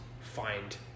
find